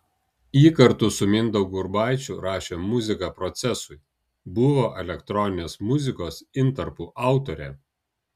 ji kartu su mindaugu urbaičiu rašė muziką procesui buvo elektroninės muzikos intarpų autorė